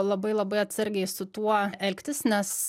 labai labai atsargiai su tuo elgtis nes